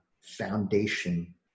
foundation